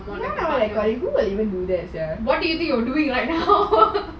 who will even do that sia